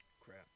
crap